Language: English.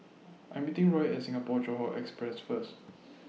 I Am meeting Roy At Singapore Johore Express First